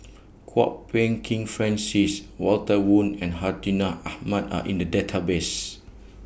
Kwok Peng Kin Francis Walter Woon and Hartinah Ahmad Are in The Database